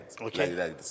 Okay